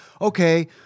okay